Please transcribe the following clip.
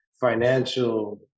financial